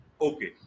Okay